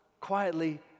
quietly